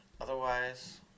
otherwise